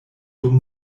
dum